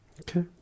Okay